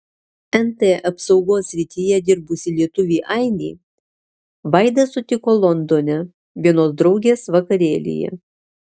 nt apsaugos srityje dirbusį lietuvį ainį vaida sutiko londone vienos draugės vakarėlyje